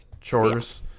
chores